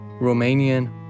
Romanian